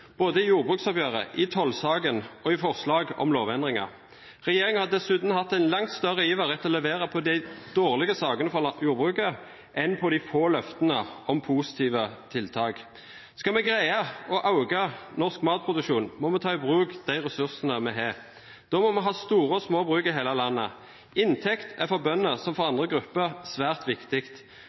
både i jordbruksoppgjøret, i tollsaken og i forslag om lovendringer. Regjeringen har dessuten hatt en langt større iver etter å levere når det gjelder de dårlige sakene for jordbruket, enn når det gjelder de få løftene om positive tiltak. Skal vi greie å øke norsk matproduksjon, må vi ta i bruk de ressursene vi har. Da må vi ha store og små bruk i hele landet. Inntekt er for bønder – som for andre grupper – svært viktig.